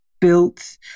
built